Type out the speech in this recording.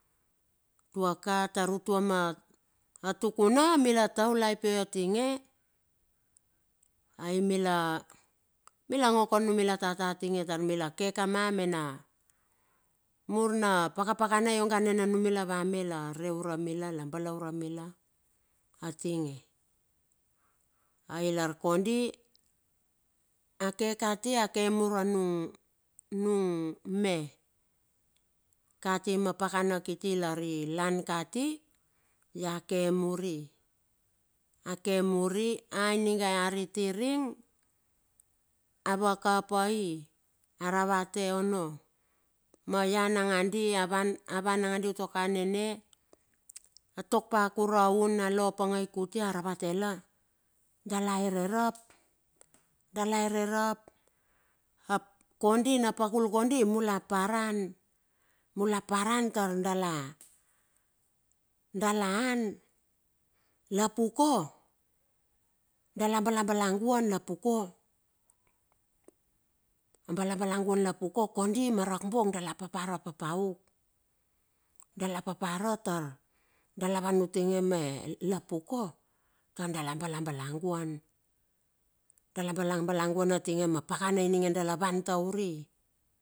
Utuaka tar utua ma a tukuna mila taulai pie atinge, ai mila, mila ngo kaun anumila tata tinge tar mila ke kama mena, mur na paka pakana ionga nena numila wa me iong la reure mila, la balaure mila atinge. Ai lar kondi ake kati ake mur anung, nung me kati ma pakana kiti lar ilan kati, ake muri, ake muri aninga ariti ring, ava kapai, aravate ono maia nangandi, avan nangandi utuo ka nene, atok pa a kura hun, alo apangai kuti aravate la, dala hererap, dala hererap ap kondi na pakul kondi mula paran, mula paran tar dala, dala han. Lapuko dala balabalaguan lapuko, abalabalaguan lapuka, kondi ma rakbong dala papara papauk, dala papara tar dalawan utinge me lapuko, dala balabalaguan, dala balabalaguan atinge ma pakana ininge dalawan tauri.